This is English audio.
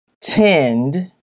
tend